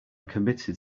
committed